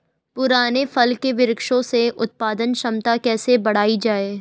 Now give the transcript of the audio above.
पुराने फल के वृक्षों से उत्पादन क्षमता कैसे बढ़ायी जाए?